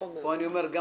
אז פה אני אומר גם